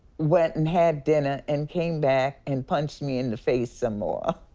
went and had dinner, and came back and punched me in the face some more!